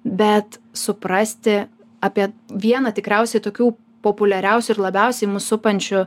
bet suprasti apie vieną tikriausiai tokių populiariausių ir labiausiai mus supančių